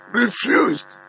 refused